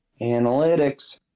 Analytics